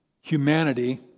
humanity